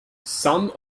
some